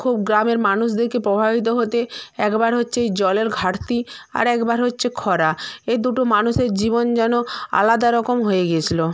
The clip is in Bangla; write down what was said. খুব গ্রামের মানুষদেরকে প্রভাবিত হতে একবার হচ্চে এই জলের ঘাটতি আর একবার হচ্চে খরা এই দুটো মানুষের জীবন যেন আলাদা রকম হয়ে গেছিলো